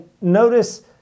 notice